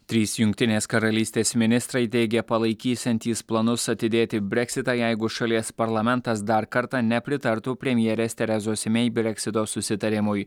trys jungtinės karalystės ministrai teigė palaikysiantys planus atidėti breksitą jeigu šalies parlamentas dar kartą nepritartų premjerės terezos mei breksito susitarimui